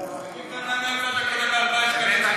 תספר לנו איפה אתה קונה ב-4 שקלים,